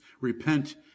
Repent